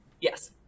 yes